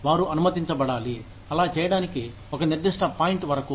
వారు అనుమతించబడాలి అలా చేయడానికి ఒక నిర్దిష్ట పాయింట్ వరకు